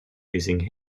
using